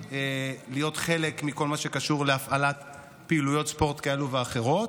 להיות חלק מכל מה שקשור להפעלת פעילויות ספורט כאלה ואחרות